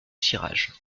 cirage